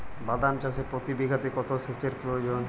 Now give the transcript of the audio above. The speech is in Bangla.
বাদাম চাষে প্রতি বিঘাতে কত সেচের প্রয়োজন?